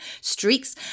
streaks